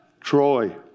Troy